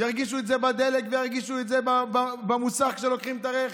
ירגישו את זה בדלק וירגישו את במוסך כשלוקחים את הרכב.